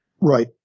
right